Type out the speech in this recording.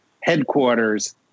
headquarters